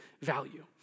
value